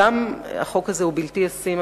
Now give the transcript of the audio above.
גם בלתי ישים.